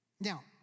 Now